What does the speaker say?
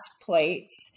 plates